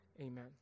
amen